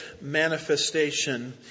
manifestation